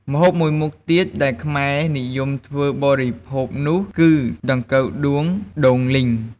ម្ហូបមួយមុខទៀតដែលខ្មែរនិយមធ្វើបរិភោគនោះ គឺដង្កូវដួងដូងលីង។